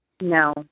No